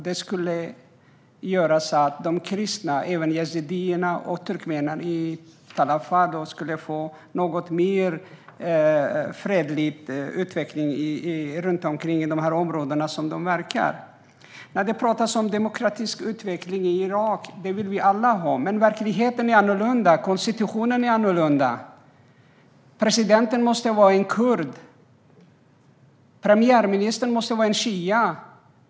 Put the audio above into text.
Det skulle göra att de kristna, även yazidier och turkmener i Tall Afar, skulle få en något mer fredlig utveckling i de här områdena som de verkar i. Det talas om demokratisk utveckling i Irak. Det vill vi alla ha, men verkligheten är annorlunda och konstitutionen är annorlunda. Presidenten måste vara kurd. Premiärministern måste vara shia.